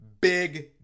big